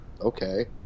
okay